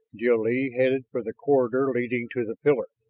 jil-lee headed for the corridor leading to the pillar.